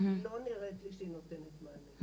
כי היא לא נראית שהיא נותנת מענה.